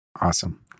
Awesome